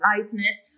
lightness